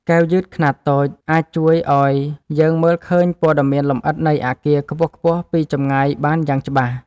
កែវយឺតខ្នាតតូច អាចជួយឱ្យយើងមើលឃើញព័ត៌មានលម្អិតនៃអាគារខ្ពស់ៗពីចម្ងាយបានយ៉ាងច្បាស់។